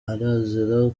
arazira